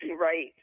Right